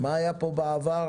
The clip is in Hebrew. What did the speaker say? מה שהיה כאן בעבר,